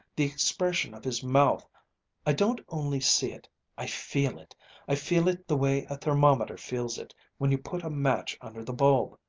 the expression of his mouth i don't only see it i feel it i feel it the way a thermometer feels it when you put a match under the bulb.